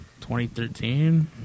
2013